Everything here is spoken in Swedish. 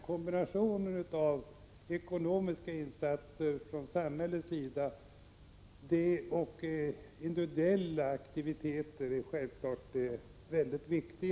Kombinationen av ekonomiska insatser från samhällets sida och individuella aktiviteter är självklart väldigt viktig.